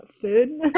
food